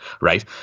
Right